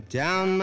down